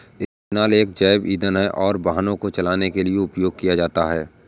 ethanol एक जैव ईंधन है और वाहनों को चलाने के लिए उपयोग किया जाता है